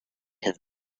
have